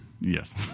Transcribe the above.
yes